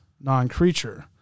non-creature